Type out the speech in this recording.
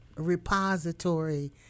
repository